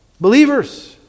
believers